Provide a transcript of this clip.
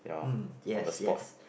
hmm yes yes